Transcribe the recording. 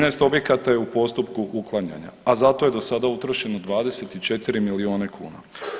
13 objekata je u postupku uklanjanja, a za to je do sada utrošeno 24 miliona kuna.